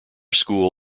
school